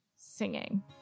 singing